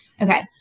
okay